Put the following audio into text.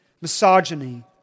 misogyny